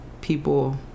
people